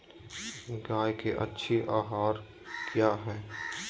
गाय के अच्छी आहार किया है?